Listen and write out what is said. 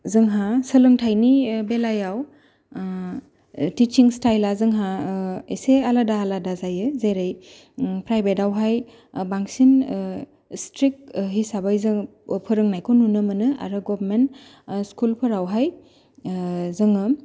जोंहा सोलोंथाइनि बेलायाव तिस्सिं स्टाइला जोंहा एसे आलादा आलादा जायो जेरै प्राइभेट आवहाय बांसिन स्थ्रिक हिसाबै जों फोरोंनायखौ नुनो मोनो आरो गभमेन्ट स्कुलफोराव हाय जोङो